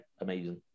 amazing